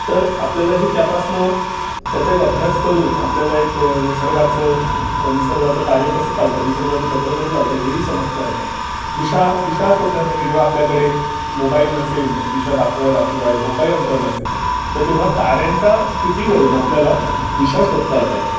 तर आपल्यालाही त्यापास्नं त्याचा एक अभ्यास करून आपल्याला एक निसर्गाचं निसर्गाचं कार्य कसं चालतं निसर्गाचं चक्र कसं चालतं हेही समसता येतं दिशा दिशा शोधण्यासाठी जेव्हा आपल्याकडे मोबाईल नसेल दिशा दाखवायला किवा होकायंत्र नसेल तर तेव्हा ताऱ्यांच्या स्थितीवरून आपल्याला दिशा शोधता येतात